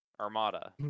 Armada